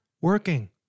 working